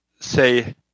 say